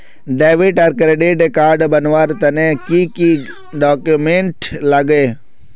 Debit आर credit card बनवार तने की की डॉक्यूमेंट लागे?